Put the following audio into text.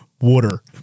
Water